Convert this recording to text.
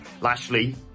Lashley